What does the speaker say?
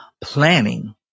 planning